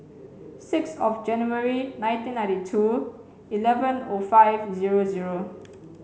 six of January nineteen ninety two eleven O five zero zero